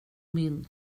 min